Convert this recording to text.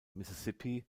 mississippi